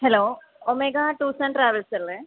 hello Omega tours and travels അല്ലേ